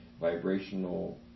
vibrational